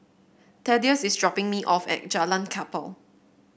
Thaddeus is dropping me off at Jalan Kapal